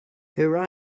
her